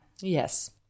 Yes